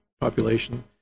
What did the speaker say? population